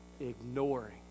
ignoring